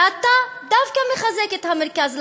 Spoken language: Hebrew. ואתה דווקא מחזק את המרכז.